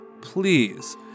please